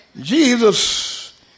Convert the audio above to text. Jesus